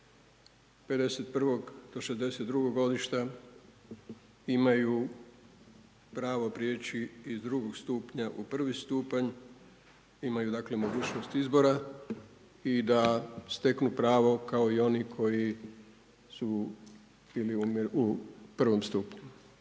51. do 62. godišta imaju pravo preći iz drugog stupnja u prvi stupanj, imaju dakle, mogućnost izbora i da steknu pravo kao i oni koji su bili u I. stupu.